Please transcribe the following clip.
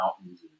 Mountains